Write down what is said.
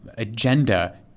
Agenda